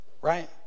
right